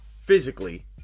physically